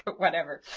but whatever.